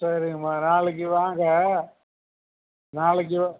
சரிங்கம்மா நாளைக்கு வாங்க நாளைக்கு